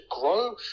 grow